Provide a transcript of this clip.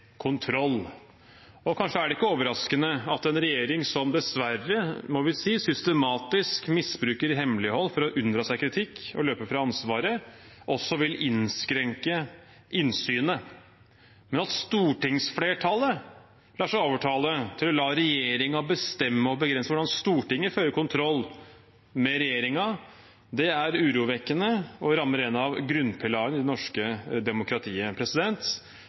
kontroll. Kanskje er det ikke overraskende at en regjering som dessverre, må vi si, systematisk misbruker hemmelighold for å unndra seg kritikk og løpe fra ansvaret, også vil innskrenke innsynet. Men at stortingsflertallet lar seg overtale til å la regjeringen bestemme og begrense at Stortinget fører kontroll med regjeringen, er urovekkende og rammer en av grunnpilarene i det norske demokratiet.